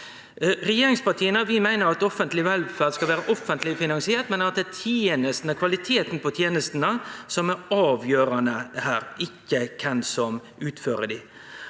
Regjeringspartia meiner at offentleg velferd skal vere offentleg finansiert, men at det er kvaliteten på tenestene som er avgjerande her, ikkje kven som utfører dei.